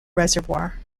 reservoir